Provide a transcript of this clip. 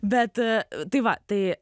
bet tai va tai